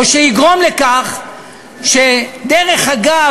או שיגרום לכך שדרך אגב,